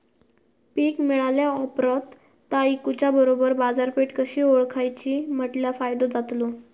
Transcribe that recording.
पीक मिळाल्या ऑप्रात ता इकुच्या बरोबर बाजारपेठ कशी ओळखाची म्हटल्या फायदो जातलो?